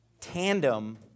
tandem